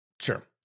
Sure